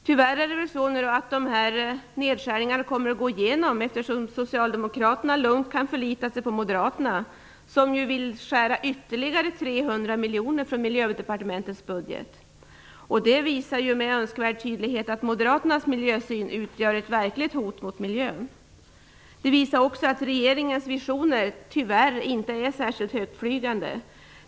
Tyvärr kommer de här nedskärningarna att gå igenom, eftersom socialdemokraterna lugnt kan förlita sig på moderaterna, som vill skära ytterligare 300 miljoner från Miljödepartementets budget. Det visar med önskvärd tydlighet att moderaternas miljösyn utgör ett verkligt hot mot miljön. Det visar också att regeringens visioner tyvärr inte är särskilt högtflygande.